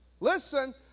listen